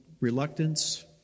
reluctance